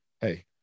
hey